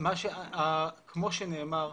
כמו שנאמר,